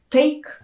take